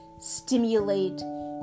stimulate